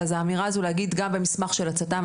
האמירה הזו להגיד גם במסמך של הצט"מ,